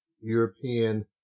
european